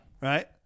Right